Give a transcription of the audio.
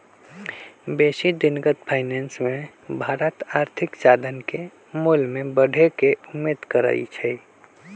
बेशी दिनगत फाइनेंस मे भारत आर्थिक साधन के मोल में बढ़े के उम्मेद करइ छइ